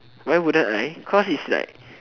why wouldn't I cause it's like